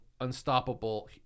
unstoppable